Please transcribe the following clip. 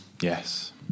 Yes